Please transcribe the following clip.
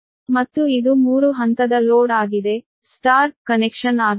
ಮತ್ತು ಇದು 3 ಹಂತದ ಲೋಡ್ ಆಗಿದೆ ಸ್ಟಾರ್ ಕನೆಕ್ಷನ್ ಆಗಿದೆ